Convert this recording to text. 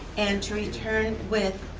and to return with